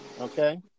Okay